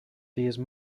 these